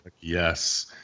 Yes